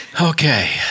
Okay